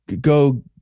go